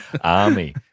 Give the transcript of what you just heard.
Army